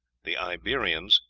the iberians,